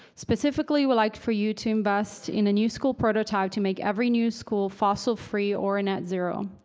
specifically would like for you to invest in a new school prototype to make every new school fossil free or net zero,